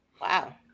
Wow